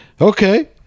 Okay